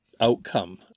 outcome